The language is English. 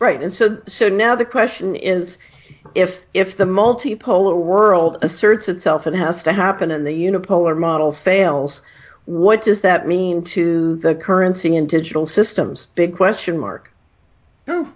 right and so so now the question is if it's the multipolar world asserts itself that has to happen in the unit polar models fails what does that mean to the currency and digital systems big question mark